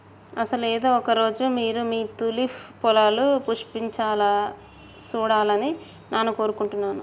అసలు ఏదో ఒక రోజు మీరు మీ తూలిప్ పొలాలు పుష్పించాలా సూడాలని నాను కోరుకుంటున్నాను